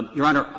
your honor,